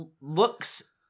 looks